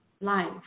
life